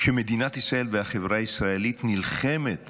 שמדינת ישראל והחברה הישראלית נלחמת